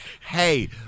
hey